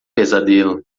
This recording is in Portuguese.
pesadelo